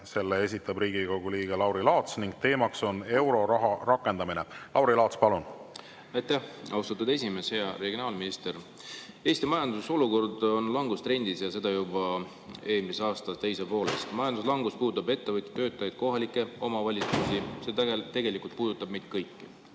selle esitab Riigikogu liige Lauri Laats ja teema on euroraha rakendamine. Lauri Laats, palun! Aitäh, austatud esimees! Hea regionaalminister! Eesti majandusolukord on langustrendis ja seda juba eelmise aasta teisest poolest. Majanduslangus puudutab ettevõtteid, töötajaid ja kohalikke omavalitsusi, tegelikult see puudutab meid kõiki.